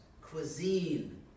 cuisine